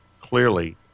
clearly